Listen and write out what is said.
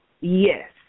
Yes